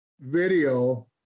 video